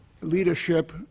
leadership